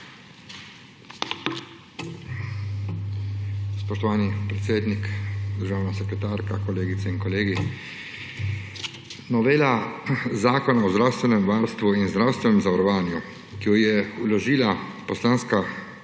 Spoštovani predsednik, državna sekretarka, kolegice in kolegi! Novela Zakona o zdravstvenem varstvu in zdravstvenem zavarovanju, ki jo je vložila Poslanska skupina